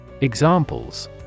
Examples